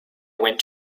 went